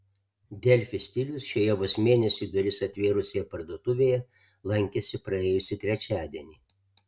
delfi stilius šioje vos mėnesiui duris atvėrusioje parduotuvėje lankėsi praėjusį trečiadienį